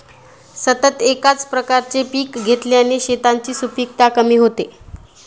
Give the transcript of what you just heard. सतत एकाच प्रकारचे पीक घेतल्याने शेतांची सुपीकता कमी होते